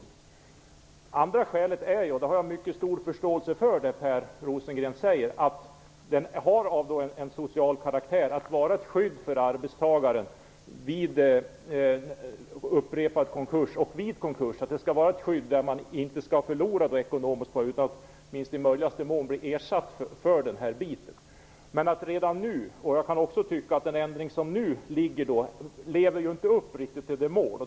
Det andra skälet, där jag har mycket stor förståelse för det som Per Rosengren säger, är att lagen har en social karaktär och utgör ett skydd för arbetstagaren vid konkurs och upprepad konkurs, så att denne då inte skall göra en ekonomisk förlust utan i möjligaste mån skall få ersättning. Jag kan också tycka att den ändring som nu föreslås inte riktigt lever upp till denna målsättning.